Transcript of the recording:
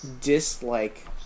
dislike